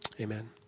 Amen